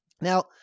Now